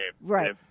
Right